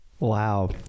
Wow